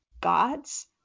God's